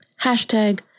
hashtag